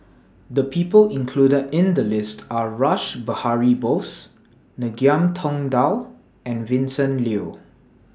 The People included in The list Are Rash Behari Bose Ngiam Tong Dow and Vincent Leow